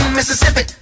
Mississippi